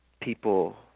people